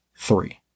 Three